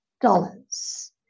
dollars